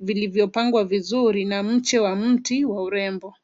vilivyopangwa vizuri na mche wa mti wa urembo.